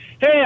Hey